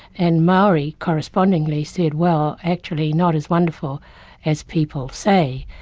and maori correspondingly said well actually, not as wonderful as people say,